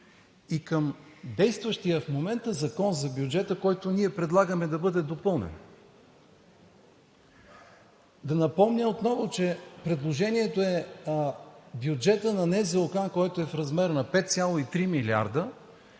и към действащия в момента Закон за бюджета, който ние предлагаме да бъде допълнен. Да напомня отново, че предложението е бюджетът на НЗОК, който е в размер на 5,3 милиарда,